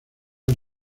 han